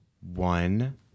one